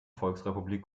volksrepublik